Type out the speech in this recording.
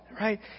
right